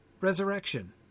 resurrection